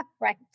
right